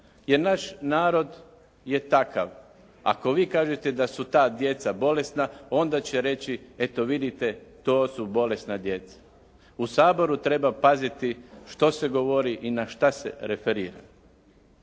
jer naš narod je takav. Ako vi kažete da su ta djeca bolesna onda će reći: Eto vidite to su bolesna djeca. U Saboru treba paziti što se govori i na šta se referira?